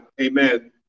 Amen